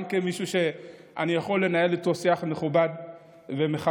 גם כמישהו שאני יכול לנהל איתו שיח מכובד ומכבד.